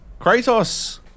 Kratos